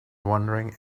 wondering